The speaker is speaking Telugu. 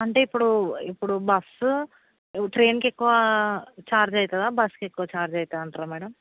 అంటే ఇప్పుడు ఇప్పుడు బస్సు ట్రైన్కి ఎక్కువ ఛార్జ్ అవుతుందా బస్కి ఎక్కువ ఛార్జ్ అవుతుందంటారా మ్యాడమ్